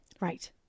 Right